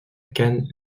cannes